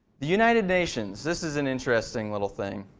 the united nations, this is an interesting little thing.